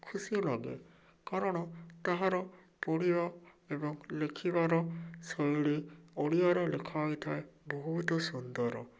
ଖୁସି ଲାଗେ କାରଣ ତାହାର ପଢ଼ିବା ଏବଂ ଲେଖିବାର ଶୈଳୀ ଓଡ଼ିଆରେ ଲେଖା ହୋଇଥାଏ ବହୁତ ସୁନ୍ଦର